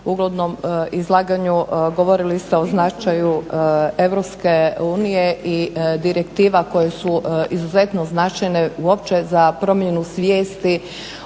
uvodnom izlaganju govorili ste o značaju EU i direktiva koje su izuzetno značajne uopće za promjenu svijesti